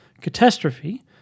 catastrophe